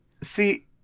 See